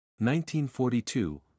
1942